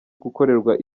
gukorerwa